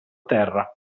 terra